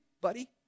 buddy